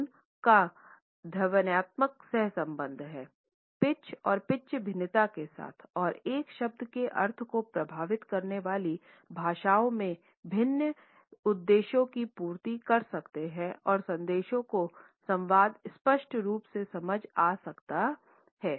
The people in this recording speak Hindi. टोन का ध्वन्यात्मक सहसंबंध है पिच और पिच भिन्नता के साथ और एक शब्द के अर्थ को प्रभावित करने वाली भाषाओं में विभिन्न उद्देश्यों की पूर्ति कर सकते हैं और दर्शकों को संवाद स्पष्ट रूप से समझ आ सकता हैं